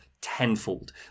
tenfold